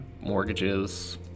mortgages